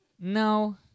No